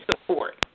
support